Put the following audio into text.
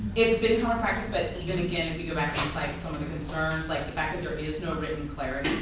it's um practice but even again if we go back and site some of the concerns, like the fact that there is no written clarity.